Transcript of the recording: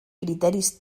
criteris